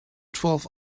twelve